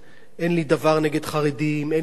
אין לי דבר נגד דירות זולות לחרדים.